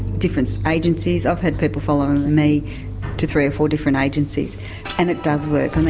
different agencies. i've had people follow me to three or four different agencies and it does work. um